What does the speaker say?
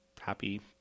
happy